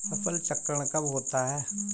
फसल चक्रण कब होता है?